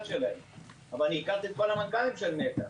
שלהם אבל הכרתי את כול המנכ"לים של נתע",